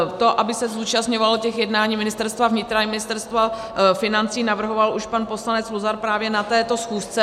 To, aby se zúčastňovalo těch jednání Ministerstva vnitra i Ministerstvo financí, navrhoval už pan poslanec Luzar právě na této schůzce.